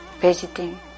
visiting